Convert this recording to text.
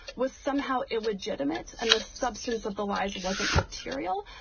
was somehow illegitimate and the substance of the lies wasn't material.